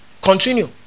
Continue